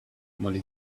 mollie